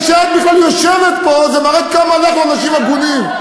זה שאת בכלל יושבת פה זה מראה כמה אנחנו אנשים הגונים.